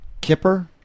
Kipper